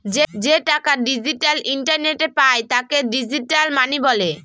যে টাকা ডিজিটাল ইন্টারনেটে পায় তাকে ডিজিটাল মানি বলে